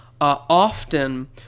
often